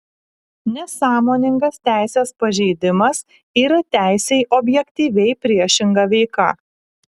nesąmoningas teisės pažeidimas yra teisei objektyviai priešinga veika